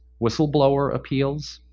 whistle blower appeals,